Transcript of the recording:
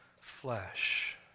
flesh